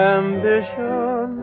ambition